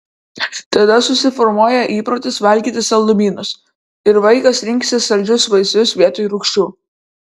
tada susiformuoja įprotis valgyti saldumynus ir vaikas rinksis saldžius vaisius vietoj rūgščių